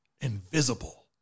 invisible